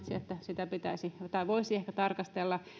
sitä voisi ehkä tarkastella